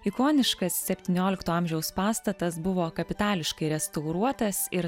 ikoniškas septyniolikto amžiaus pastatas buvo kapitališkai restauruotas ir